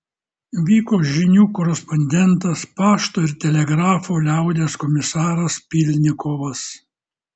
vyko žinių korespondentas pašto ir telegrafo liaudies komisaras pylnikovas